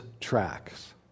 tracks